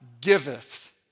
giveth